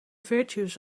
virtues